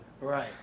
right